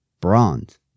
bronze